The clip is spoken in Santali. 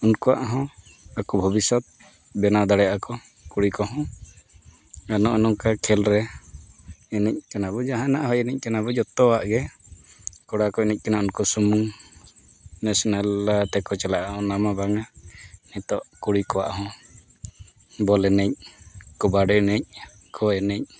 ᱩᱱᱠᱩᱣᱟᱜ ᱦᱚᱸ ᱟᱠᱚ ᱵᱷᱚᱵᱤᱥᱥᱚᱛ ᱵᱮᱱᱟᱣ ᱫᱟᱲᱮᱭᱟᱜᱼᱟ ᱠᱚ ᱠᱩᱲᱤ ᱠᱚᱦᱚᱸ ᱟᱨ ᱱᱚᱜᱼᱚ ᱱᱚᱝᱠᱟ ᱠᱷᱮᱞ ᱨᱮ ᱮᱱᱮᱡ ᱠᱟᱱᱟ ᱵᱚᱱ ᱡᱟᱦᱟᱱᱜ ᱦᱚᱸ ᱮᱱᱮᱡ ᱠᱟᱱᱟᱵᱚᱱ ᱡᱚᱛᱚᱣᱟᱜ ᱜᱮ ᱠᱚᱲᱟ ᱠᱚ ᱮᱱᱮᱡ ᱠᱟᱱᱟ ᱩᱱᱠᱩ ᱥᱩᱢᱩᱝ ᱱᱮᱥᱱᱮᱞ ᱛᱮᱠᱚ ᱪᱟᱞᱟᱜᱼᱟ ᱚᱱᱟ ᱢᱟ ᱵᱟᱝᱟ ᱦᱤᱛᱚᱜ ᱠᱩᱲᱤ ᱠᱚᱣᱟᱜ ᱦᱚᱸ ᱵᱚᱞ ᱮᱱᱮᱡ ᱠᱚᱵᱟᱰᱤ ᱮᱱᱮᱡ ᱠᱷᱳ ᱮᱱᱮᱡ